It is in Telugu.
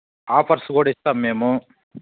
ఆఫర్స్ కూడా ఇస్తాము మేము